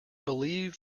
believe